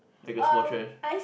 like a small trash